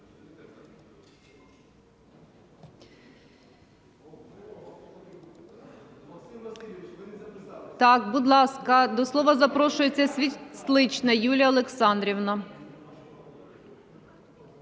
Так, будь ласка, до слова запрошується Світлична Юлія Олександрівна.